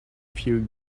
few